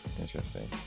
Interesting